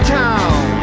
town